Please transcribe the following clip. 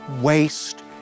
waste